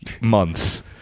months